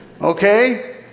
okay